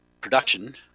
production